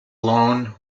lone